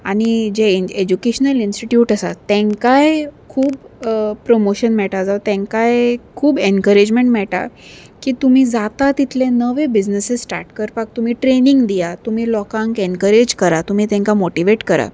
आनी जे educational institute आसात तेंकाय खूब प्रोमोशन मेळटा जावं तेंकाय खूब एनकरेजमेंट मेळटा की तुमी जाता तितले नवे बिजनसीस स्टार्ट करपाक तुमी ट्रेनींग दियात तुमी लोकांक एनकरेज करा तुमी तेंकां मोटिवेट करा